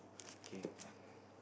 okay